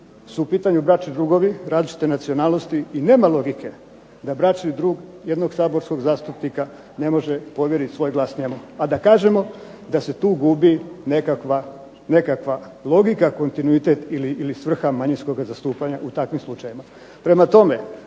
su u pitanju bračni drugovi različite nacionalnosti i nema logike da bračni drug jednog saborskog zastupnika ne može povjeriti svoj glas njemu, a da kažemo da se tu gubi nekakva logika, kontinuitet ili svrha manjinskoga zastupanja u takvim slučajevima. Prema tome,